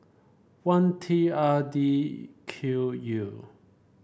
one T R D Q U